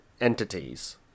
entities